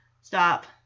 stop